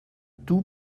tout